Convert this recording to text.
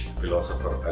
philosopher